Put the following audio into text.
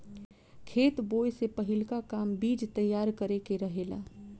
खेत बोए से पहिलका काम बीज तैयार करे के रहेला